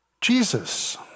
Jesus